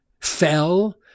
fell